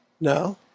No